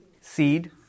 seed